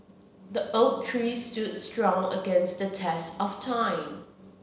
the oak tree stood strong against the test of time